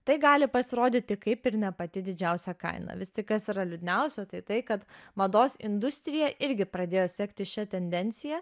tai gali pasirodyti kaip ir ne pati didžiausia kaina vis tik kas yra liūdniausia tai tai kad mados industrija irgi pradėjo sekti šia tendencija